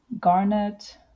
garnet